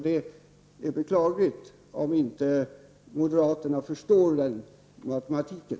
Det är beklagligt om moderaterna inte förstår den matematiken.